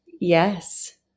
Yes